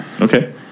Okay